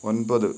ഒൻപത്